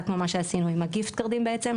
כמו מה שעשינו עם הגיפט כארדים בעצם,